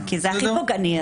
כן, כי זה הכי פוגעני.